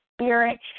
spirit